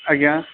ଆଜ୍ଞା